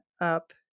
up